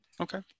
okay